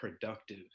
productive